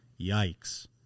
Yikes